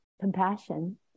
compassion